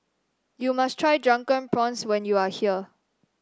you must try Drunken Prawns when you are here